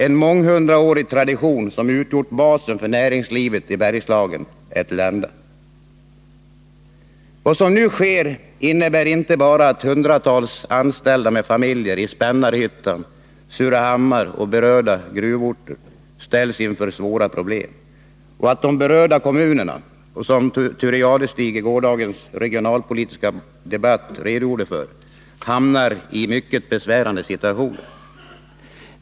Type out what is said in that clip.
En månghundraårig tradition, som utgjort basen för näringslivet i Bergslagen, är till ända. Vad som nu sker innebär inte bara att hundratals anställda med familjer i Spännarhyttan, Surahammar och berörda gruvorter ställs inför svåra problem och att de berörda kommunerna, som Thure Jadestig i gårdagens regionalpolitiska debatt redogjorde för, hamnar i mycket besvärande situationer.